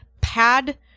pad